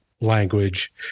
language